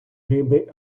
риби